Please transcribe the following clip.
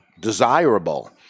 desirable